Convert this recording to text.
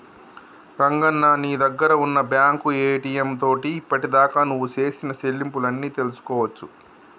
రంగన్న నీ దగ్గర ఉన్న బ్యాంకు ఏటీఎం తోటి ఇప్పటిదాకా నువ్వు సేసిన సెల్లింపులు అన్ని తెలుసుకోవచ్చు